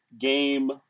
game